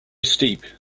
steep